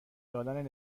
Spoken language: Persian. دادن